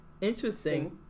Interesting